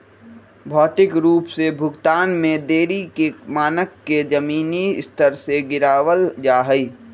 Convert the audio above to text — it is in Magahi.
भौतिक रूप से भुगतान में देरी के मानक के जमीनी स्तर से गिरावल जा हई